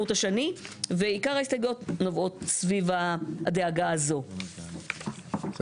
4 ההסתייגות לא התקבלה.‬‬‬‬‬